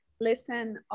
listen